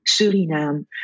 Suriname